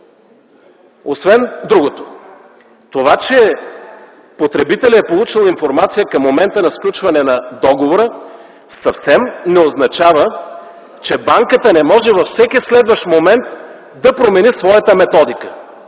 освен другото. Това че потребителят е получил информация към момента на сключване на договора, съвсем не означава, че банката не може във всеки следващ момент да промени своята методика.